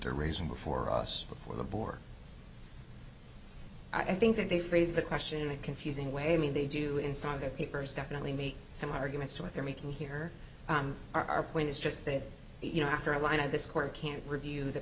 they're raising before us before the board i think that they phrase the question in a confusing way i mean they do in some of the papers definitely make some arguments to what they're making here our point is just that you know after a line of this court can review the